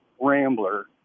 rambler